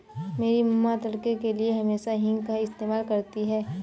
मेरी मां तड़के के लिए हमेशा हींग का इस्तेमाल करती हैं